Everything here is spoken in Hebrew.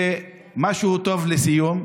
ומשהו טוב לסיום,